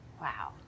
Wow